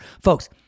Folks